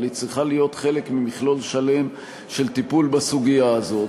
אבל היא צריכה להיות חלק ממכלול שלם של טיפול בסוגיה הזאת.